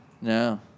No